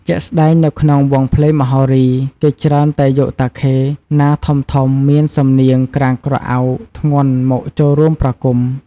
ជាក់ស្តែងនៅក្នុងវង់ភ្លេងមហោរី គេច្រើនតែយកតាខេណាធំៗមានសំនៀងក្រាងក្រអៅធ្ងន់មកចូលរួមប្រគំ។